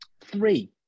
Three